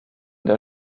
der